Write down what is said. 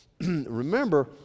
remember